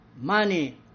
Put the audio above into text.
money